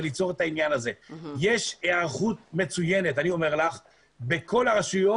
אני אומר לך שיש היערכות מצוינת בכל הרשויות.